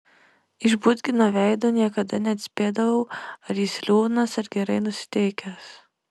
iš budgino veido niekada neatspėdavau ar jis liūdnas ar gerai nusiteikęs